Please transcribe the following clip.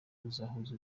uzahuza